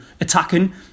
attacking